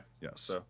Yes